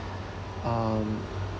um